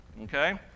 okay